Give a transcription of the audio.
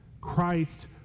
Christ